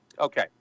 Okay